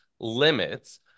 limits